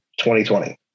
2020